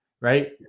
right